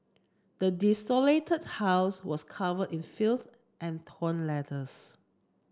the desolated house was covered in filth and torn letters